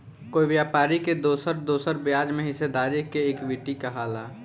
कोई व्यापारी के दोसर दोसर ब्याज में हिस्सेदारी के इक्विटी कहाला